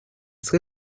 sri